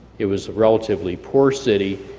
it was a relatively poor city,